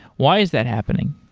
why is that happening?